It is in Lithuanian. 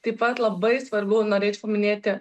taip pat labai svarbu norėčiau paminėti